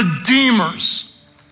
redeemers